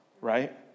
right